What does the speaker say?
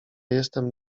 jestem